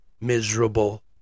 miserable